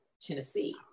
Tennessee